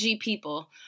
people